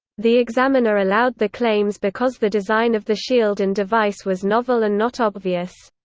the examiner allowed the claims because the design of the shield and device was novel and not obvious.